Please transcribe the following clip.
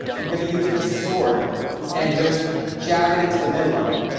i'm going to use this sword and just jab it into the middle of it.